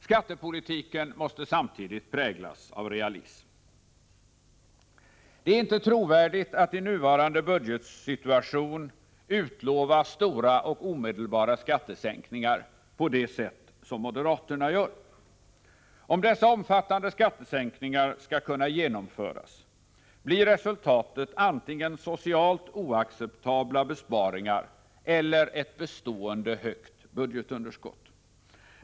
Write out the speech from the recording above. Skattepolitiken måste samtidigt präglas av realism. Det är inte trovärdigt att i nuvarande budgetsituation utlova stora och omedelbara skattesänkningar på det sätt som moderaterna gör. Om dessa omfattande skattesänkningar skall kunna genomföras, blir resultatet antingen socialt oacceptabla besparingar eller ett bestående högt budgetunderskott.